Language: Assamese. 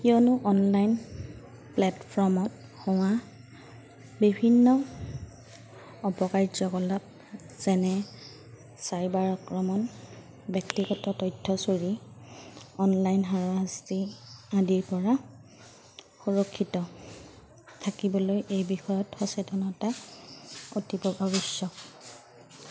কিয়নো অনলাইন প্লেটফৰ্মত হোৱা বিভিন্ন অপকাৰ্যকলাপ যেনে চাইবাৰ আক্ৰমণ ব্যক্তিগত তথ্য চুৰি অনলাইন হাৰাশাস্তি আদিৰ পৰা সুৰক্ষিত থাকিবলৈ এই বিষয়ত সচেতনতা অতিকৈ আৱশ্যক